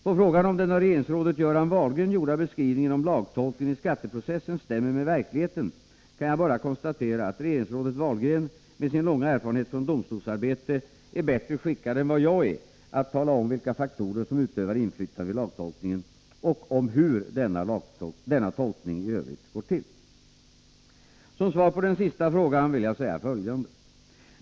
På frågan om den av regeringsrådet Göran Wahlgren gjorda beskrivningen om lagtolkningen i skatteprocessen stämmer med verkligheten kan jag bara konstatera att regeringsrådet Wahlgren med sin långa erfarenhet från domstolsarbete är bättre skickad än vad jag är att tala om vilka faktorer som utövar inflytande vid lagtolkningen och om hur denna tolkning i övrigt går till. Som svar på den sista frågan vill jag säga följande.